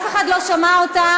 ואף אחד לא שמע אותה.